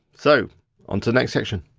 so on to the next section.